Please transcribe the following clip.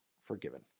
forgiven